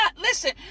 listen